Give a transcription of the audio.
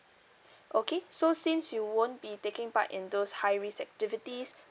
okay so since you won't be taking part in those high risk activities